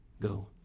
go